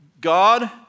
God